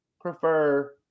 Prefer